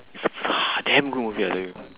it's a damn good movie I tell you